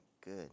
good